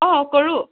অ কৰোঁ